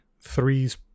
threes